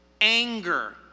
anger